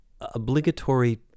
Obligatory